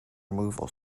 removal